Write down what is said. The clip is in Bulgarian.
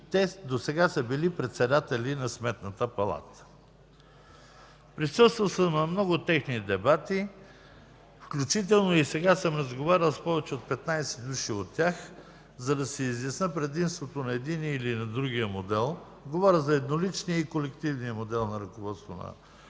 те досега са били председатели на Сметната палата. Присъствал съм на много техни дебати, включително и сега съм разговарял с повече от 15 души от тях, за да си изясня предимството на единия или на другия модел – говоря за едноличния и колективния модел на ръководството